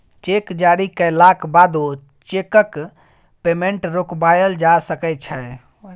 cheque जारी कएलाक बादो चैकक पेमेंट रोकबाएल जा सकै छै